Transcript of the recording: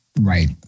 Right